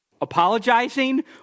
apologizing